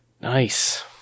Nice